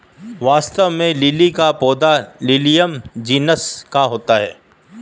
वास्तव में लिली का पौधा लिलियम जिनस का होता है